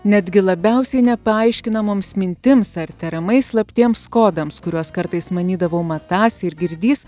netgi labiausiai nepaaiškinamoms mintims ar tariamai slaptiems kodams kuriuos kartais manydavau matąs ir girdįs